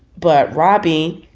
but robby